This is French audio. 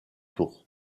tour